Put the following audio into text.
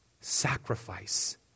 sacrifice